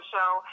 show